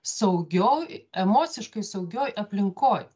saugioj emociškai saugioj aplinkoj